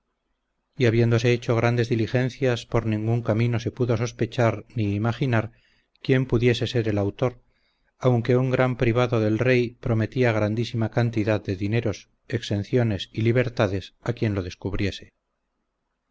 y habiéndose hecho grandes diligencias por ningún camino se pudo sospechar ni imaginar quién pudiese ser el autor aunque un gran privado del rey prometía grandísima cantidad de dineros exenciones y libertades a quien lo descubriese